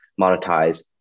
monetize